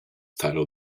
title